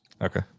Okay